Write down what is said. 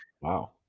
Wow